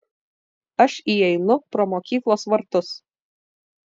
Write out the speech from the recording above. aš įeinu pro mokyklos vartus